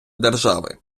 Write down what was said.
держави